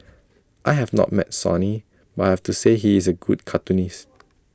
I have not met Sonny but I have to say he is A good cartoonist